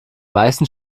meisten